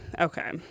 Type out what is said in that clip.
okay